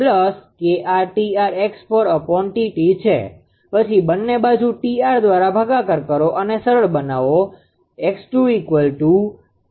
પછી બંને બાજુ 𝑇𝑟 દ્વારા ભાગાકાર કરો અને સરળ બનાવો તો તમને નીચે મુજબ મળશે